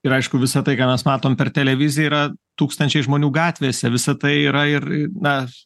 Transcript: ir aišku visa tai ką mes matom per televiziją yra tūkstančiai žmonių gatvėse visa tai yra ir na